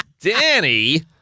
Danny